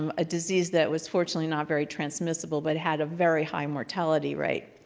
um a disease that was fortunately not very transmissible but had a very high mortality rate.